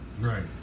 Right